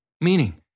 Meaning